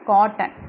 Cotton